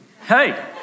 Hey